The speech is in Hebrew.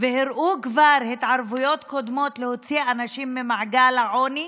כבר הראו התערבויות קודמות כדי להוציא אנשים ממעגל העוני,